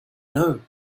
know